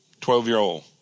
Twelve-year-old